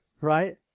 Right